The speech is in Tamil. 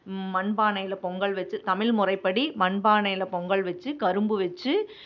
மண் பானையில் பொங்கல் வெச்சு தமிழ் முறைப்படி மண் பானையில் பொங்கல் வெச்சு கரும்பு வெச்சு